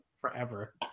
forever